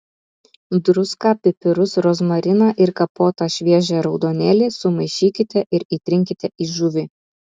druską pipirus rozmariną ir kapotą šviežią raudonėlį sumaišykite ir įtrinkite į žuvį